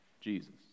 Jesus